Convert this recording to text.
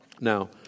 Now